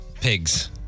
pigs